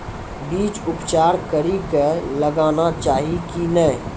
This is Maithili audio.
बीज उपचार कड़ी कऽ लगाना चाहिए कि नैय?